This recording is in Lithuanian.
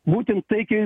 būtent taikiai